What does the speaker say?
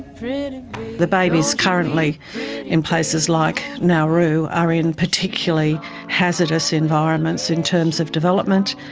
the babies currently in places like nauru are in particularly hazardous environments in terms of development,